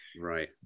right